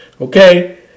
okay